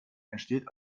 entsteht